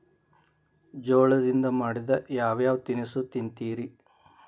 ಜೋಳದಿಂದ ಮಾಡಿದ ಯಾವ್ ಯಾವ್ ತಿನಸು ತಿಂತಿರಿ?